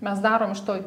mes darom iš to